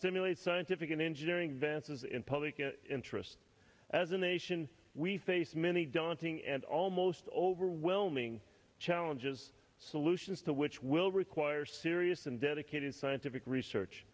stimulate scientific and engineering vance's in public interest as a nation we face many daunting and almost overwhelming challenges solutions to which will require serious and dedicated scientific research